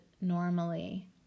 normally